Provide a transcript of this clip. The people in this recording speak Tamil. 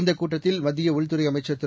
இந்தக் கூட்டத்தில் மத்திய உள்துறை அமைச்சர் திரு